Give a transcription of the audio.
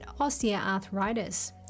osteoarthritis